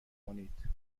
کنید